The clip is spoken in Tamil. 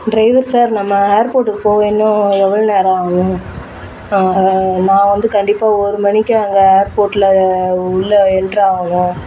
ட்ரைவர் சார் நம்ம ஏர்போர்ட்டுக்கு போக இன்னும் எவ்வளோ நேரம் ஆகும் நான் வந்து கண்டிப்பாக ஒரு மணிக்கு அங்கே ஏர்போர்ட்டில் உள்ளே என்ட்ரு ஆகணும்